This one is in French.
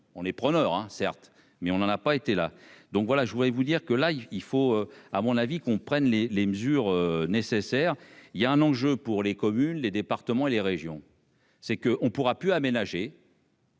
on est preneur, hein, certes, mais on n'en a pas été là, donc voilà, je voudrais vous dire que là, il faut à mon avis qu'on prenne les les mesures nécessaires, il y a un enjeu pour les communes, les départements et les régions, c'est que on pourra pu aménager.